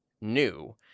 new